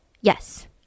Yes